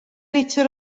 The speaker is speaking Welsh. litr